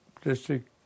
District